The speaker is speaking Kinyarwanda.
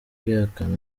kwihakana